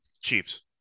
Chiefs